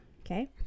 Okay